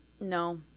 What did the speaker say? No